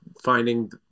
Finding